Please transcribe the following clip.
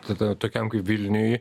tada tokiam vilniuj